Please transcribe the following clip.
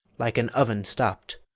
like an oven stopp'd,